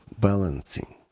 balancing